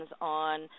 on